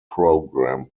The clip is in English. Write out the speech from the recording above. program